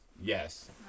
Yes